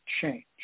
change